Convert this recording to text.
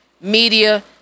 media